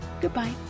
Goodbye